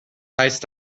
heißt